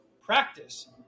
practice